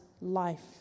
life